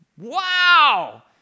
Wow